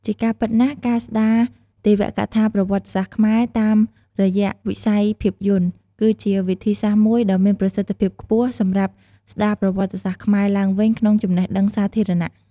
ជាការពិតណាស់ ការស្ដារទេវកថាប្រវត្តិសាស្ត្រខ្មែរតាមរយៈវិស័យភាពយន្ត គឺជាវិធីសាស្រ្តមួយដ៏មានប្រសិទ្ធភាពខ្ពស់សម្រាប់ស្ដារប្រវត្តិសាស្ត្រខ្មែរឡើងវិញក្នុងចំណេះដឹងសាធារណៈ។